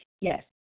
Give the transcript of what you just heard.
yes